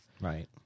right